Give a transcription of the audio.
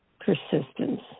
Persistence